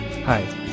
Hi